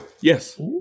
Yes